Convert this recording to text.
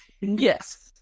Yes